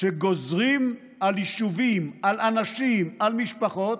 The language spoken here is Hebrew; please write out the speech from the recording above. שגוזרים על יישובים, על אנשים, על משפחות,